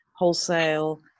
wholesale